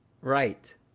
Right